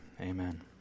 Amen